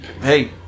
Hey